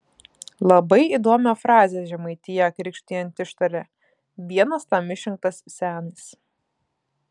labai įdomią frazę žemaitiją krikštijant ištaria vienas tam išrinktas senis